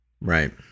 Right